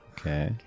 Okay